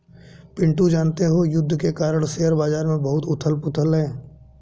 पिंटू जानते हो युद्ध के कारण शेयर बाजार में बहुत उथल पुथल है